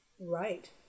Right